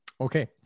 Okay